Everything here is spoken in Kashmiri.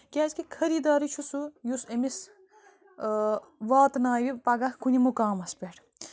کیٛازِ کہِ خٔری دارٕے چھُ سُہ یُس أمِس واتہٕ ناوِ پَگاہ کُنہِ مُکامس پٮ۪ٹھ